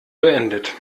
beendet